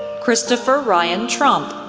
christopher ryan tromp,